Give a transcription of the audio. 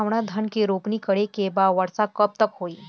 हमरा धान के रोपनी करे के बा वर्षा कब तक होई?